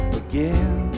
again